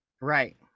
right